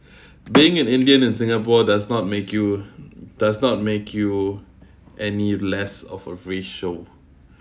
being an indian in singapore does not make you does not make you any less of a racial